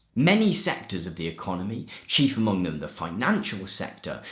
many sectors of the economy, chief among them the financial sector,